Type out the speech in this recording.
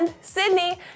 Sydney